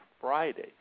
Friday